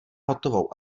hotovou